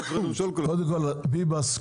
קודם כל ביבס,